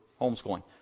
homeschooling